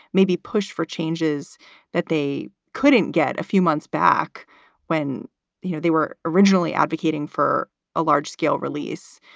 maybe push for changes that they couldn't get a few months back when you know they were originally advocating for a large scale release.